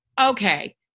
okay